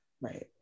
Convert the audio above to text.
right